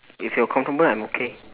if you're comfortable I'm okay